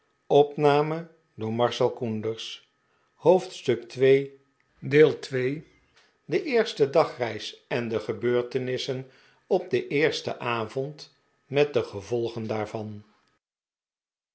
de eerste dagreis en de gebeurtenissen op den eersten avond met de gevolgen daarvan